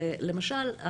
למשל,